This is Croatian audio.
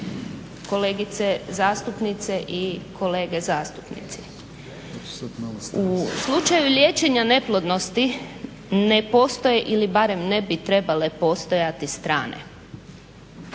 kolegice zastupnice i kolege zastupnici. U slučaju liječenja neplodnosti ne postoje ili barem ne bi trebale postojati strane.